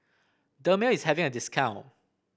dermale is having a discount